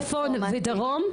צפון ודרום,